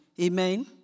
Amen